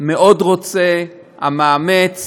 מאוד רוצה, המאמץ